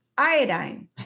Iodine